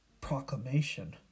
proclamation